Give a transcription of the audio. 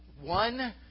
one